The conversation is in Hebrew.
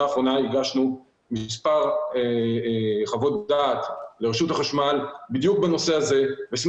האחרונה הגשנו מספר חוות דעת לרשות החשמל בדיוק בנושא הזה ועשינו